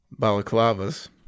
balaclavas